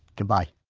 goodbye